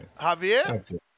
Javier